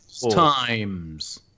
Times